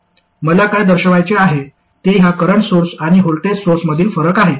मला काय दर्शवायचे आहे ते ह्या करंट सोर्स आणि व्होल्टेज सोर्समधील फरक आहे